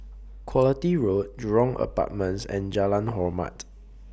Quality Road Jurong Apartments and Jalan Hormat